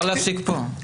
אפשר לעצור כאן.